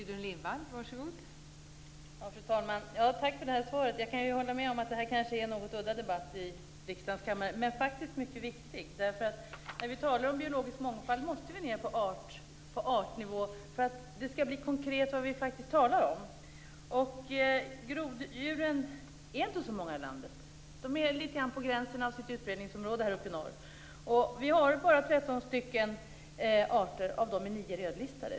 Fru talman! Tack för svaret. Jag kan hålla med om att det här kanske är en något udda debatt i riksdagens kammare. Men den är faktiskt mycket viktig. När vi talar om biologisk mångfald måste vi ned på artnivå för att det skall bli konkret vad vi faktiskt talar om. Det finns inte så många groddjur i landet. De är lite grann på gränsen av sitt utbredningsområde här i norr. Vi har bara tretton arter, och av dem är nio rödlistade.